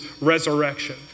resurrection